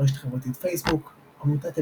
ברשת החברתית פייסבוק עמותת טבקה,